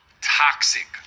toxic